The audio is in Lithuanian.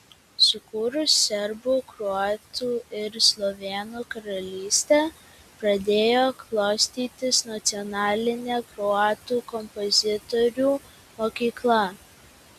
sukūrus serbų kroatų ir slovėnų karalystę pradėjo klostytis nacionalinė kroatų kompozitorių mokykla